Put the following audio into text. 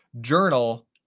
Journal